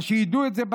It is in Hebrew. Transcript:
אז שידעו את זה,